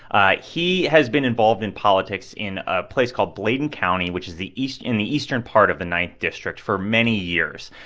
ah he has been involved in politics in a place called bladen county, which is the east in the eastern part of the ninth district, for many years.